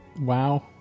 WoW